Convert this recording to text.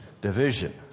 division